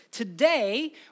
Today